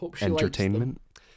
entertainment